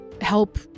help